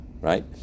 Right